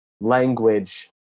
language